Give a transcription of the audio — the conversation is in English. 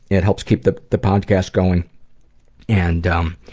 it helps keep the the podcast going and um